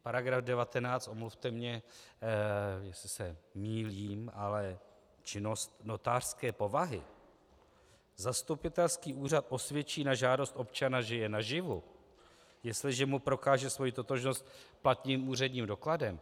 Paragraf 19, omluvte mě, jestli se mýlím, ale činnost notářské povahy: Zastupitelský úřad osvědčí na žádost občana, že je naživu, jestliže mu prokáže svoji totožnost platným úředním dokladem.